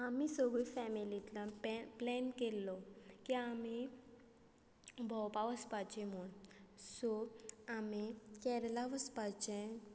आमी सगळी फॅमिलींतल्यान पॅ प्लॅन केल्लो की आमी भोंवपा वचपाची म्हूण सो आमी केरला वचपाचें